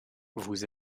vous